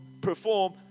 perform